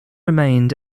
remained